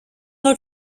out